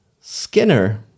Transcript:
Skinner